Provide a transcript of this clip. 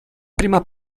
prima